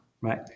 right